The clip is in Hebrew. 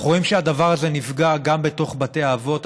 אנחנו רואים שהדבר הזה נפגע גם בתוך בתי האבות.